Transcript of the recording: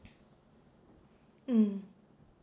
mm